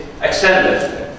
extended